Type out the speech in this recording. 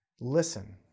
Listen